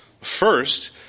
First